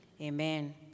Amen